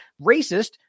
racist